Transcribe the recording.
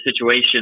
situation